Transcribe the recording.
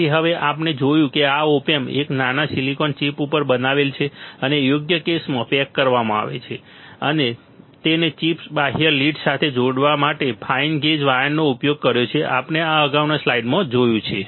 તેથી હવે આપણે જોયું કે આ ઓપ એમ્પ એક નાના સિલિકોન ચિપ ઉપર બનાવેલ છે અને યોગ્ય કેસમાં પેક કરવામાં આવ્યું છે તમે ચિપને બાહ્ય લીડ્સ સાથે જોડવા માટે ફાઇન ગેજ વાયરોનો ઉપયોગ કર્યો છે આપણે આ અગાઉની સ્લાઇડમાં જોયું છે